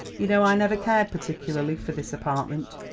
you know i never cared particularly for this apartment,